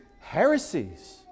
heresies